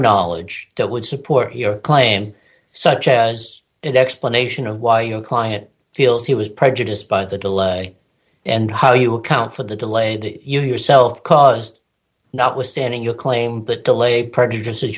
knowledge that would support your claim such as an explanation of why your client feels he was prejudiced by the delay and how you account for the delay that you yourself caused notwithstanding your claim that delay prejudices